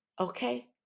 Okay